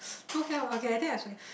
don't have okay I think I it's okay